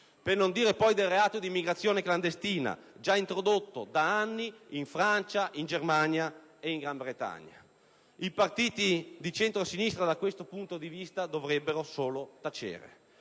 Per non dire poi del reato di immigrazione clandestina, già introdotto da anni in Francia, in Germania ed in Gran Bretagna. I partiti di centrosinistra da questo punto di vista dovrebbero solo tacere